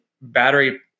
battery